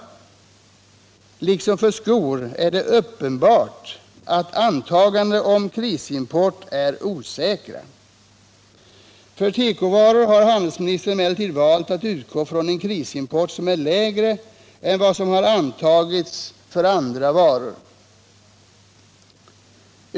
Liksom för skor är det uppenbart att antagandena om krisimport av kläder är osäkra. För tekovaror har handelsministern emellertid valt att utgå från en krisimport som är lägre än vad som har antagits för andra varor.